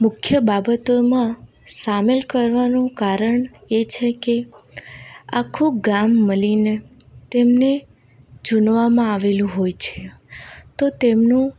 મુખ્ય બાબતોમાં સામેલ કરવાનું કારણ એ છે કે આખું ગામ મળીને તેમને ચૂંટવામાં આવેલું હોય છે તો તેમનું